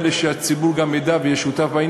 שהיה מעורב בפרשת ישראל ביתנו,